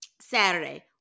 Saturday